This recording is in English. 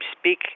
speak